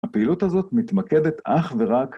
הפעילות הזאת מתמקדת אך ורק